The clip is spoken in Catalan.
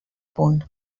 punt